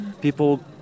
people